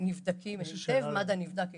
נבדקים היטב, מד"א נבדק היטב.